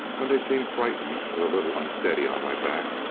when they seem frightened or a little unsteady on my back,